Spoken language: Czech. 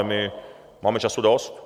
My máme času dost.